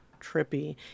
trippy